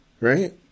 right